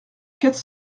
quatre